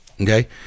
okay